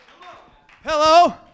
Hello